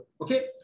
okay